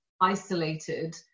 isolated